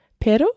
pero